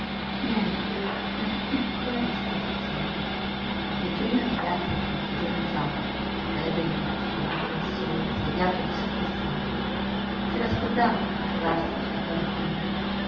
niente una piccola distrazione vetturino di piazza fino a tre giorni fa scalabrino stordito dal sole svegliato di soprassalto s'era scordato di trovarsi su un carro funebre